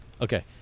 Okay